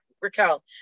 Raquel